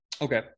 Okay